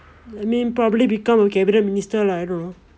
I mean probably become a cabinet minister lah I don't know